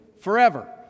forever